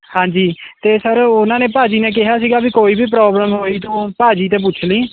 ਹਾਂਜੀ ਅਤੇ ਸਰ ਉਹਨਾਂ ਨੇ ਭਾਅ ਜੀ ਨੇ ਕਿਹਾ ਸੀਗਾ ਵੀ ਕੋਈ ਵੀ ਪ੍ਰੋਬਲਮ ਹੋਈ ਤੂੰ ਭਾਅ ਜੀ ਤੋਂ ਪੁੱਛ ਲਈ